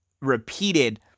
repeated